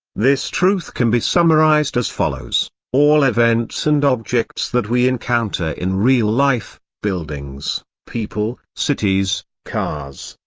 this truth can be summarized as follows all events and objects that we encounter in real life buildings, people, cities, cars,